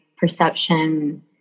Perception